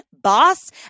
boss